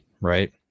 right